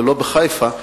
ולא בחיפה,